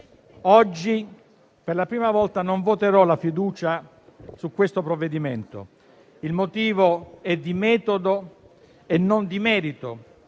oggi per la prima volta non voterò la fiducia su questo provvedimento e il motivo è di metodo e non di merito.